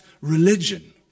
religion